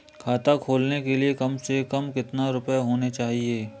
खाता खोलने के लिए कम से कम कितना रूपए होने चाहिए?